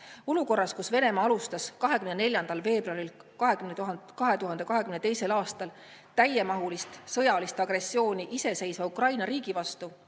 Olukorras, kus Venemaa alustas 24. veebruaril 2022. aastal täiemahulist sõjalist agressiooni iseseisva Ukraina riigi vastu,